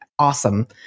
Awesome